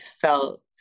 felt